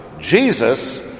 Jesus